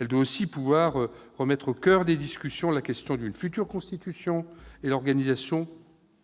Elle doit aussi pouvoir remettre au coeur des discussions la question d'une future Constitution et l'organisation-